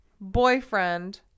boyfriend